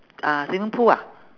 uh swimming pool ah